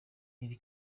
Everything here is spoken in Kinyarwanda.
iri